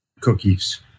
cookies